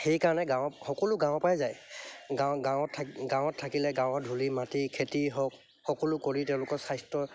সেইকাৰণে গাঁৱত সকলো গাঁৱৰ পৰাই যায় গাঁৱৰ গাঁৱত থাক গাঁৱত থাকিলে গাঁৱৰ ধূলি মাটি খেতি হওক সকলো কৰি তেওঁলোকৰ স্বাস্থ্য